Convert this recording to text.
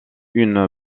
une